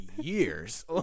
years